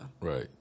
Right